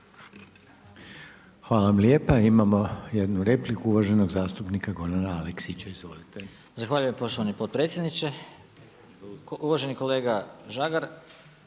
Hvala vam lijepa. Imamo jednu repliku uvaženog zastupnika Gorana Aleksića. Izvolite. **Aleksić, Goran (SNAGA)** Zahvaljujem poštovani potpredsjedniče. Uvaženi kolega Žagar,